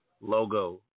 logo